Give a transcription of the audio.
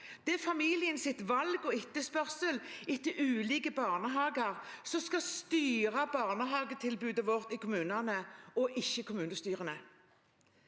Det er familiens valg og etterspørsel etter ulike barnehager som skal styre barnehagetilbudet vårt i kommunene – ikke kommunestyrene.